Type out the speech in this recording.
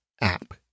app